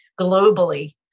globally